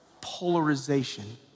polarization